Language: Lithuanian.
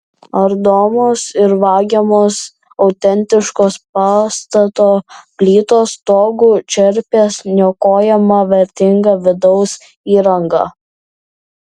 ardomos ir vagiamos autentiškos pastato plytos stogų čerpės niokojama vertinga vidaus įranga